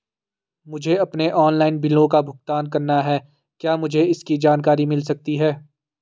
मुझे अपने ऑनलाइन बिलों का भुगतान करना है क्या मुझे इसकी जानकारी मिल सकती है?